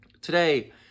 today